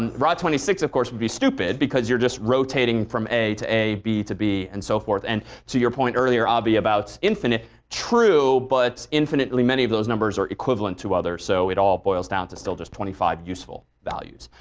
and ah six of course would be stupid because you're just rotating from a to a, b to b, and so forth. and to your point earlier, avi, about infinite, true but infinitely many of those numbers are equivalent to others so it all boils down to still just twenty five useful values.